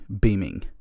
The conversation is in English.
beaming